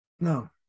No